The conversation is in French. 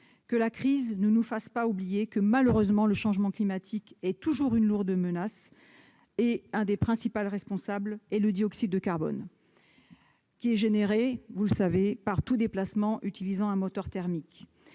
Que la crise ne nous fasse pas oublier que, malheureusement, le changement climatique est toujours une lourde menace ! Or l'un des principaux responsables est le dioxyde de carbone, qu'émet, vous le savez, tout déplacement utilisant un moteur thermique.